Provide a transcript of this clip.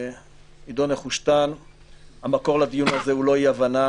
עידו נחושתן המקור לדיון הזה הוא לא אי הבנה